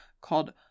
called